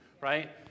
right